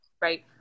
Right